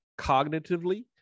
cognitively